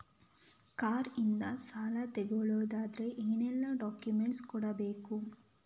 Car ಇಂದ ಸಾಲ ತಗೊಳುದಾದ್ರೆ ಏನೆಲ್ಲ ಡಾಕ್ಯುಮೆಂಟ್ಸ್ ಕೊಡ್ಬೇಕು?